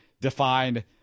defined